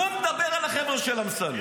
והוא מדבר על החבר'ה של אמסלם.